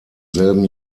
selben